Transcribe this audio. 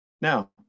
Now